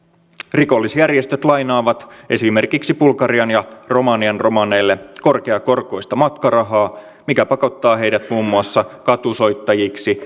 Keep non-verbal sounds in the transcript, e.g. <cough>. rikollisjärjestöt lainaavat esimerkiksi bulgarian ja romanian romaneille korkeakorkoista matkarahaa mikä pakottaa heidät muun muassa katusoittajiksi <unintelligible>